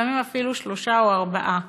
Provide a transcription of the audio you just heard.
לפעמים אפילו שלושה או ארבעה,